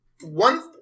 One